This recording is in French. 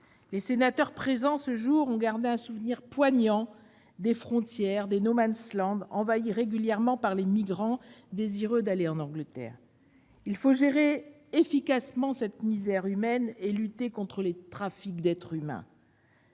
Les sénateurs présents ont gardé un souvenir poignant des frontières, des, envahis régulièrement par les migrants désireux d'aller en Angleterre. Il faut gérer efficacement cette misère humaine et lutter contre les trafics d'êtres humains.